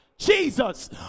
jesus